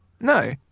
no